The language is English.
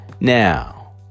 now